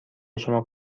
شما